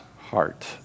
heart